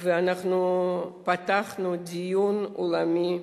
ואנחנו פתחנו דיון עולמי.